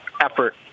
effort